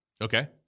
Okay